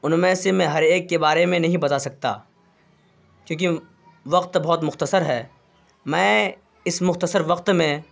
ان میں سے میں ہر ایک کے بارے میں نہیں بتا سکتا کیوںکہ وقت بہت مختصر ہے میں اس مختصر وقت میں